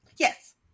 Yes